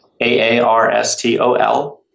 A-A-R-S-T-O-L